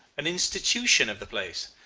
an institution of the place.